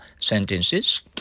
sentences